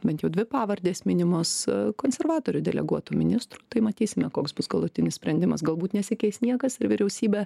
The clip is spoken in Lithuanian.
bent jau dvi pavardės minimos konservatorių deleguotų ministrų tai matysime koks bus galutinis sprendimas galbūt nesikeis niekas ir vyriausybė